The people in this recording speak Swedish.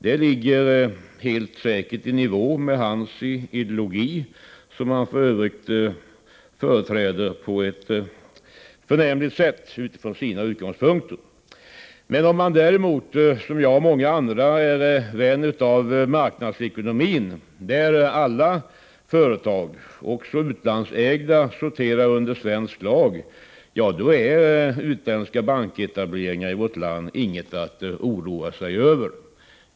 Det ligger helt säkert i nivå med hans ideologi, som han för övrigt företräder på ett förnämligt sätt utifrån sina utgångspunkter. Om man däremot som jag — och många andra — är vän av marknadsekonomin, som innebär att alla företag, också utlandsägda, sorterar under svensk lag, då är utländska banketableringar i vårt land inget att oroa sig över.